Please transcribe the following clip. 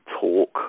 talk